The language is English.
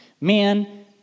Man